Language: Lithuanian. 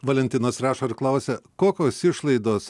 valentinas rašo ir klausia kokios išlaidos